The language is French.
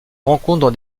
rencontre